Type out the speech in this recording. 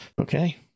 okay